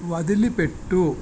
వదిలిపెట్టు